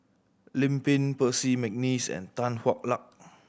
Lim Pin Percy McNeice and Tan Hwa Luck